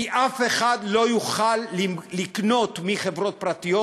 כי אף אחד לא יוכל לקנות מחברות פרטיות